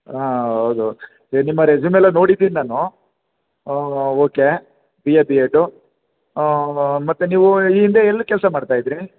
ಹೌದು ನಿಮ್ಮ ರೆಸ್ಯೂಮೆಲ್ಲ ನೋಡಿದೀನಿ ನಾನು okay B A B Ed ಮತ್ತು ನೀವು ಈ ಹಿಂದೆ ಎಲ್ಲಿ ಕೆಲಸ ಮಾಡ್ತಾ ಇದ್ದಿರಿ